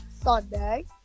Sunday